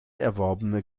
erworbene